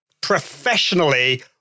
professionally